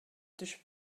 түшүп